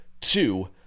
two